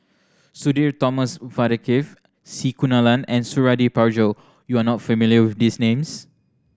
Sudhir Thomas Vadaketh C Kunalan and Suradi Parjo you are not familiar with these names